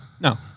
No